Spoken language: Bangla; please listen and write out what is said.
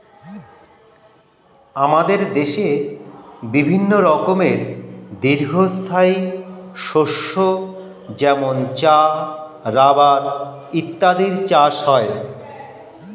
আমাদের দেশে বিভিন্ন রকমের দীর্ঘস্থায়ী শস্য যেমন চা, রাবার ইত্যাদির চাষ হয়